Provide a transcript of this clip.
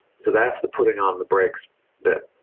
so that's the putting on the brakes bit.